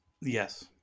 Yes